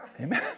Amen